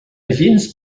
gens